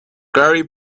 gary